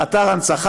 אדוני היושב-ראש,